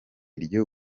ryo